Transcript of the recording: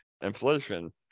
inflation